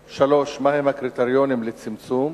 3. מה הם הקריטריונים לצמצום?